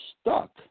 stuck